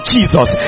Jesus